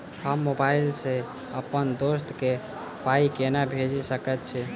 हम मोबाइल सअ अप्पन दोस्त केँ पाई केना भेजि सकैत छी?